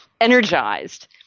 energized